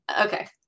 Okay